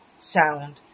sound